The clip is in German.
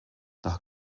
nach